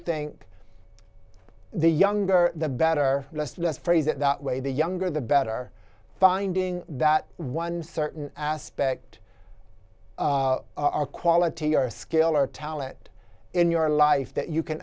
think the younger the better let's let's phrase it that way the younger the better finding that one certain aspect our quality or skill or talent in your life that you can